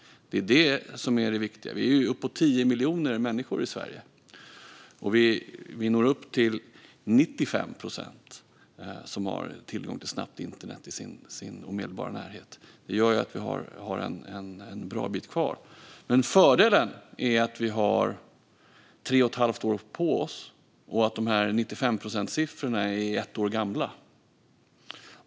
Det är det som är det viktiga. Vi är uppemot 10 miljoner människor i Sverige, och vi når upp till 95 procent som har tillgång till snabbt internet i sin omedelbara närhet. Det gör att vi har en bra bit kvar. Fördelen är att vi har tre och ett halvt år på oss och att de här 95-procentssiffrorna är ett år gamla.